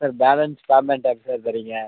sir balance payment எப்போ sir தரீங்க